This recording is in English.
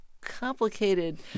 complicated